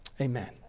Amen